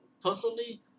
Personally